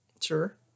Sure